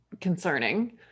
concerning